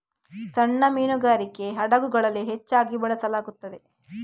ಸಣ್ಣ ಮೀನುಗಾರಿಕೆ ಹಡಗುಗಳಲ್ಲಿ ಹೆಚ್ಚಾಗಿ ಬಳಸಲಾಗುತ್ತದೆ